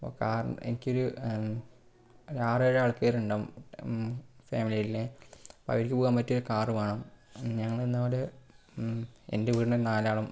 അപ്പോൾ കാർ എനിക്കൊരു ഒര് ആറേഴ് ആൾക്കാർ ഉണ്ടാകും ഫാമിലിയല്ലേ അപ്പോൾ അവർക്ക് പോകാൻ പറ്റിയ ഒരു കാർ വേണം ഞങ്ങള് ഇന്നവിടെ എൻ്റെ വീട്ടിൽ നിന്ന് നാലാളും